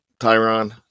Tyron